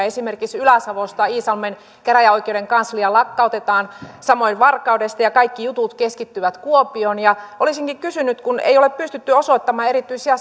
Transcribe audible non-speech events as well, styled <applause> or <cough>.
<unintelligible> esimerkiksi ylä savosta iisalmen käräjäoikeuden kanslia lakkautetaan samoin varkaudesta ja kaikki jutut keskittyvät kuopioon olisinkin kysynyt kun ei ole pystytty osoittamaan erityisiä <unintelligible>